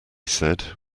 said